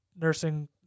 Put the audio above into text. nursing